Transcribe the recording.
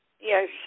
Yes